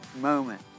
moment